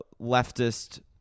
leftist